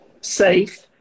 safe